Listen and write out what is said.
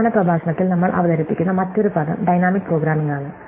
അവസാന പ്രഭാഷണത്തിൽ നമ്മൾ അവതരിപ്പിക്കുന്ന മറ്റൊരു പദം ഡൈനാമിക് പ്രോഗ്രാമിംഗ് ആണ്